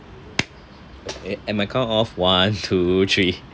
an~ at my count of one two three